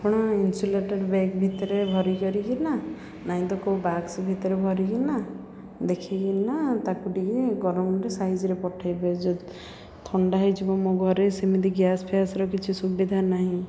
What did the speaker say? ଆପଣ insulated bag ଭିତରେ ଭରି କରିକିନା ନାହିଁ ତ କେଉଁ ବକ୍ସ ଭିତରେ ଭରିକିନା ଦେଖିକି ନା ତାକୁ ଟିକେ ଗରମରେ ସାଇଜ୍ରେ ପଠାଇବେ ଥଣ୍ଡା ହେଇଯିବ ମୋ ଘରେ ସେମିତି ଗ୍ୟାସ୍ ଫ୍ୟାସ୍ର କିଛି ସୁବିଧା ନାହିଁ